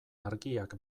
argiak